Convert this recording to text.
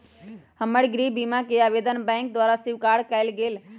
हमर गृह बीमा कें आवेदन बैंक द्वारा स्वीकार कऽ लेल गेलय